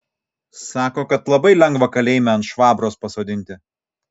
sako kad labai lengva kalėjime ant švabros pasodinti